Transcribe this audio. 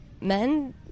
men